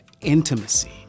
intimacy